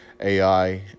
AI